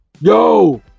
yo